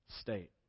state